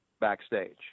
backstage